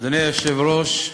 אדוני היושב-ראש,